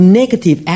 negative